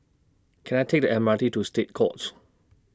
Can I Take The M R T to State Courts